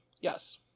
Yes